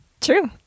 True